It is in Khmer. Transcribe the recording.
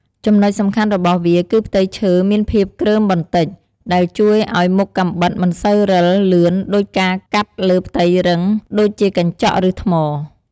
ចំណុចសំខាន់របស់វា គឺផ្ទៃឈើមានភាពគ្រើមបន្តិច ដែលជួយឲ្យមុខកាំបិតមិនសូវរិលលឿនដូចការកាត់លើផ្ទៃរឹងដូចជាកញ្ចក់ ឬថ្ម។